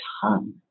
tongue